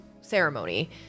ceremony